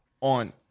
on